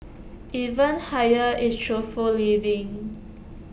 even higher is truthful living